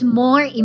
more